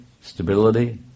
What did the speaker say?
Stability